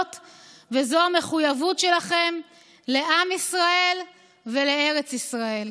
וזאת המחויבות שלכם לעם ישראל ולארץ ישראל.